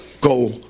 go